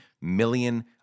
million